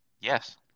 Yes